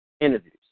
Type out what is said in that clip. interviews